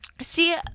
see